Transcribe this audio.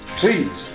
please